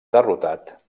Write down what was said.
derrotat